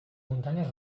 muntanyes